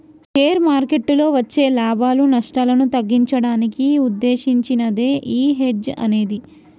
share మార్కెట్టులో వచ్చే లాభాలు, నష్టాలను తగ్గించడానికి వుద్దేశించినదే యీ హెడ్జ్ అనేది